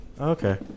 Okay